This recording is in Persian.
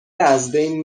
ازبین